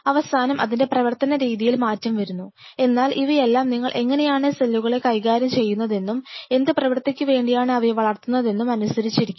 അവസാനം അതിൻറെ പ്രവർത്തനരീതിയിൽ മാറ്റം വരുന്നു എന്നാൽ ഇവയെല്ലാം നിങ്ങൾ എങ്ങനെയാണ് സെല്ലുകളെ കൈകാര്യം ചെയ്യുന്നതെന്നും എന്ത് പ്രവർത്തിക്കു വേണ്ടിയാണ് അവയെ വളർത്തുന്നതെന്നും അനുസരിച്ചിരിക്കും